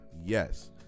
Yes